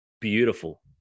beautiful